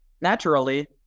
Naturally